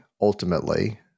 ultimately